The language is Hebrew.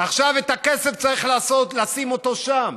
עכשיו את הכסף צריך לשים שם.